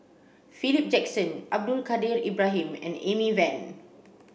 Philip Jackson Abdul Kadir Ibrahim and Amy Van